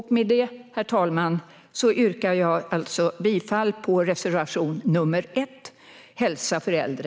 Herr talman! Jag yrkar bifall till reservation nr 1, Hälsa för äldre .